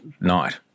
night